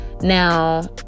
Now